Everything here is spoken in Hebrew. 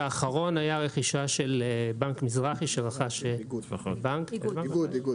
כשהאחרון היה רכישה של בנק מזרחי שרכש את בנק אגוד.